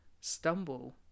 stumble